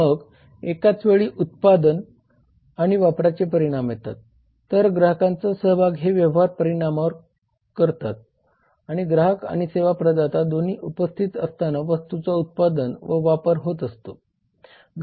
मग एकाच वेळी उत्पादन आणि वापराचे परिणाम येतात तर ग्राहकांचा सहभाग हे व्यवहारावर परिणाम करत असतात कारण ग्राहक आणि सेवा प्रदाता दोन्ही उपस्थित असताना वस्तूचा उत्पादन व वापर होत असतो